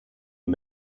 den